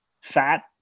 fat